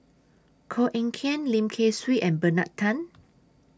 Koh Eng Kian Lim Kay Siu and Bernard Tan